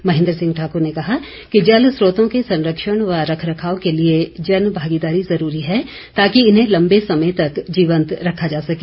महेन्द्र सिंह ठाकुर ने कहा कि जल स्रोतों के संरक्षण व रख रखाव के लिए जन भागीदारी ज़रूरी है ताकि इन्हें लंबे समय तक जीवंत रखा जा सके